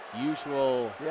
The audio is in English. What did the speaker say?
usual